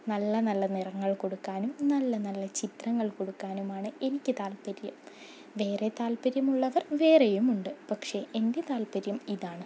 നല്ല നല്ല നിറങ്ങൾ കൊടുക്കാനും നല്ല നല്ല ചിത്രങ്ങൾ കൊടുക്കാനുമാണ് എനിക്ക് താൽപര്യം വേറെ താല്പര്യമുള്ളവർ വേറെയുമുണ്ട് പക്ഷെ എൻ്റെ താല്പര്യം ഇതാണ്